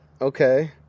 Okay